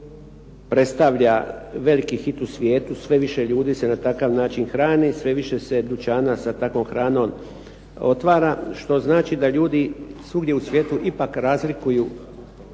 predstavlja veliki hit u svijetu, sve više ljudi se na takav način hrani, sve više se dućana sa takvom hranom otvara, što znači da ljudi svugdje u svijetu ipak razlikuju